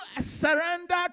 surrender